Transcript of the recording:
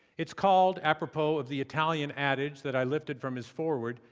it's called apropos of the italian adage that i lifted from his forward,